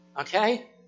Okay